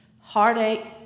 Heartache